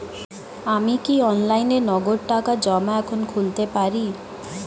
আমি কি অনলাইনে নগদ টাকা জমা এখন খুলতে পারি?